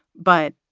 but